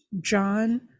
John